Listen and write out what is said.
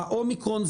האומיקרון,